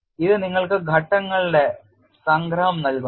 ഇത് നിങ്ങൾക്ക് ഘട്ടങ്ങളുടെ സംഗ്രഹം നൽകുന്നു